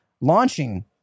launching